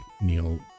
Neil